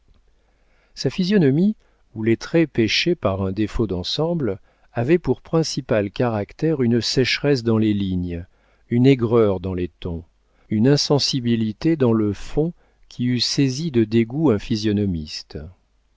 sa physionomie où les traits péchaient par un défaut d'ensemble avait pour principal caractère une sécheresse dans les lignes une aigreur dans les tons une insensibilité dans le fond qui eût saisi de dégoût un physionomiste